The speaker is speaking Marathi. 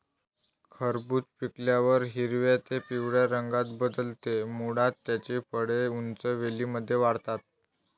खरबूज पिकल्यावर हिरव्या ते पिवळ्या रंगात बदलते, मुळात त्याची फळे उंच वेलींमध्ये वाढतात